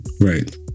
Right